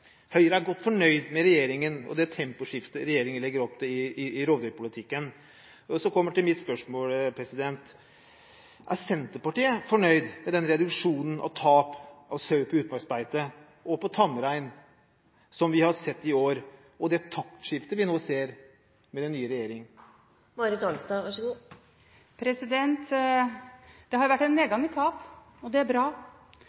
Høyre er godt fornøyd med regjeringen og det temposkiftet regjeringen legger opp til i rovdyrpolitikken. Så kommer jeg til mitt spørsmål: Er Senterpartiet fornøyd med den reduksjonen i tap av sau og tamrein på utmarksbeite som vi har sett i år, og det taktskiftet vi nå ser med den nye regjeringen? Det har vært en nedgang i tap, og det er bra. Problemet er jo